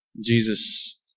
Jesus